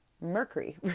Mercury